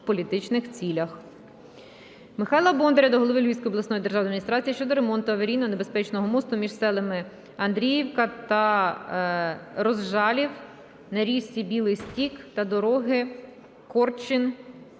в політичних цілях.